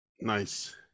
nice